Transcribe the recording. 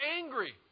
angry